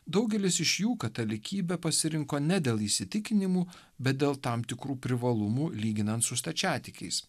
daugelis iš jų katalikybę pasirinko ne dėl įsitikinimų bet dėl tam tikrų privalumų lyginant su stačiatikiais